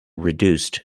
reduced